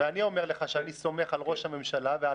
ואני אומר לך שאני סומך על ראש הממשלה ועל